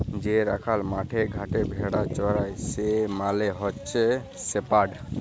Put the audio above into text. যে রাখাল মাঠে ঘাটে ভেড়া চরাই সে মালে হচ্যে শেপার্ড